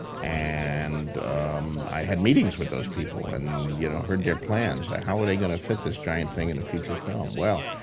and i had meetings with those people and you know heard their plans. how were they gonna fit this giant thing into feature film? well,